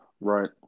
right